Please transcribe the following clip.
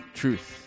truth